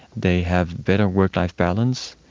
they have better work life balance,